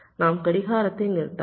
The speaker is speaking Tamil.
நாம் கடிகாரத்தை நிறுத்தலாம்